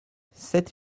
sept